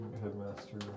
Headmaster